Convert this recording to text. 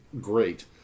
great